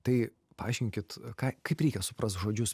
tai paaiškinkit ką kaip reikia suprasti žodžius